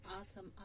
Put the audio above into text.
Awesome